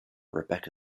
rebecca